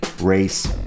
race